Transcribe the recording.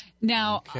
Now